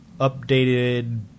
updated